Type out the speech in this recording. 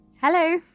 Hello